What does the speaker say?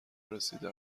رسیده